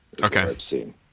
Okay